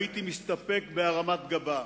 הייתי מסתפק בהרמת גבה.